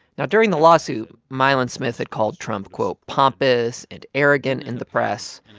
now, during the lawsuit, milan smith had called trump, quote, pompous and arrogant in the press.